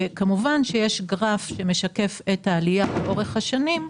כמובן שיש גרף שמתאר את העלייה לאורך השנים,